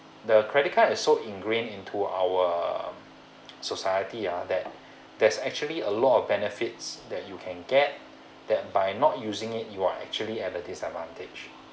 the credit card is so ingrained into our society ah that there's actually a lot of benefits that you can get that by not using it you are actually advertised advantage